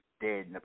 dead